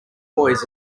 boys